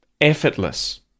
effortless